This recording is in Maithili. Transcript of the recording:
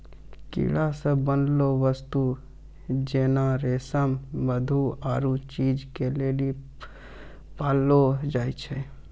कीड़ा से बनलो वस्तु जेना रेशम मधु आरु चीज के लेली पाललो जाय छै